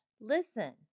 Listen